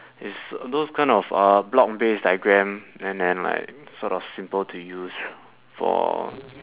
it's those kind of uh block base diagrams and then like sort of simple to use for